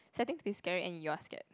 starting to be scary and you are scared